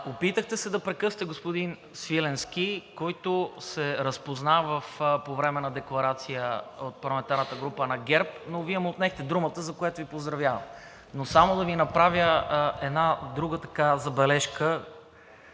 Опитахте се да прекъснете господин Свиленски, който се разпозна по време на декларацията от парламентарната група на ГЕРБ, но Вие му отнехте думата, за което Ви поздравявам. Но само да Ви направя една друга забележка.